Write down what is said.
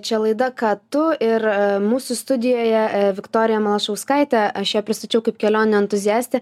čia laida ką tu ir mūsų studijoje viktorija malašauskaitė aš ją pristačiau kaip kelionių entuziastę